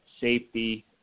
safety